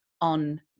on